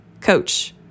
coach